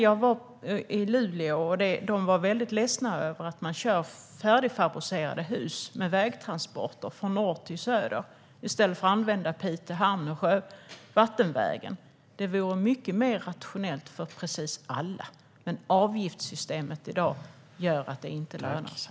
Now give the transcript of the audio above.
Jag var i Luleå, och de jag talade där med var ledsna över att man kör färdigfabricerade hus med vägtransporter från norr till söder i stället för att använda Piteå hamn och vattenvägen. Det vore mycket mer rationellt för precis alla, men avgiftssystemet i dag gör att det inte lönar sig.